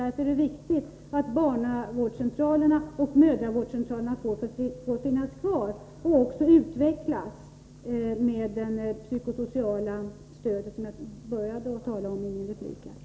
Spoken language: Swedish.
Därför är det viktigt att barnavårdscentralerna och mödravårdscentralerna får finnas kvar och också utvecklas så att de kan ge det psykosociala stöd som jag började tala om i min replik.